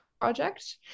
project